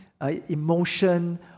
emotion